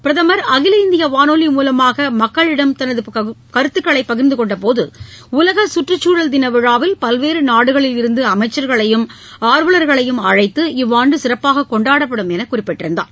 பிரதமர் அகில இந்திய வானொலி மூலமாக மக்களிடம் தனது கருத்துகளை பகிர்ந்து கொண்ட போது உலகச் கற்றுக்குழல் தினவிழாவில் பல்வேறு நாடுகளிலிருந்து அமைச்சர்களையும் ஆர்வலர்களையும் அழைத்து இவ்வாண்டு சிறப்பாக கொண்டாடப்படும் என்று குறிப்பிட்டிருந்தார்